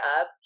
up